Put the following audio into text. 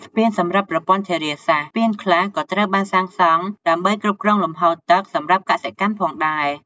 ស្ពានសម្រាប់ប្រព័ន្ធធារាសាស្រ្ត ស្ពានខ្លះក៏ត្រូវបានសាងសង់ឡើងដើម្បីគ្រប់គ្រងលំហូរទឹកសម្រាប់កសិកម្មផងដែរ។